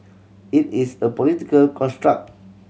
it is a political construct